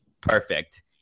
perfect